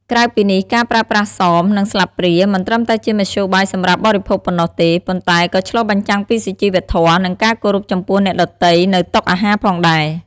ក្រៅពីនេះការប្រើប្រាស់សម និងស្លាបព្រាមិនត្រឹមតែជាមធ្យោបាយសម្រាប់បរិភោគប៉ុណ្ណោះទេ ប៉ុន្តែក៏ឆ្លុះបញ្ចាំងពីសុជីវធម៌ និងការគោរពចំពោះអ្នកដទៃនៅតុអាហារផងដែរ។